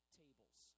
tables